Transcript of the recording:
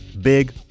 big